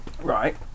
Right